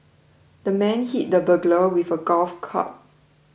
the man hit the burglar with a golf club